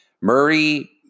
Murray